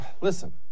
listen